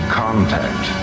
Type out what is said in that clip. contact